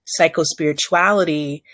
psychospirituality